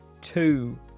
two